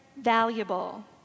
valuable